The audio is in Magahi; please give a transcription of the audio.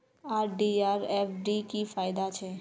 आर.डी आर एफ.डी की फ़ायदा छे?